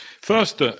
First